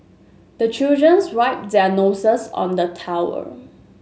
the children wipe their noses on the towel